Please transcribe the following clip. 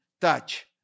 touch